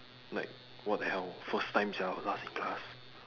like what the hell first time sia last in class